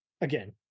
again